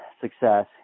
success